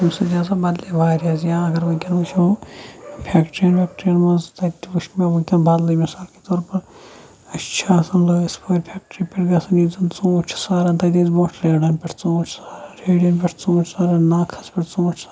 ییٚمہِ سۭتۍ ہَسا بَدلے واریاہ زیادٕ اگر وٕنکٮ۪ن وٕچھو فیٚکٹریَن ویٚکٹریَن مَنٛز تَتہِ وٕچھ مےٚ وٕنکٮ۪ن بَدلٕے مِثال کے طور پَر اَسہِ چھِ آسان لٲس پورِ فیکٹری پیٚٹھ گَژھان ییٚتہِ زَن ژونٛٹھۍ چھِ ساران تَتہِ ٲسۍ برونٛہہ ریڈن پیٹھ ژونٛٹھۍ ساران ریڈٮ۪ن پیٹھ ژونٛٹھۍ ساران ناکھَس پیٹھ ژونٛٹھۍ ساران